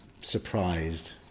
surprised